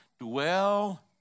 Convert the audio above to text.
dwell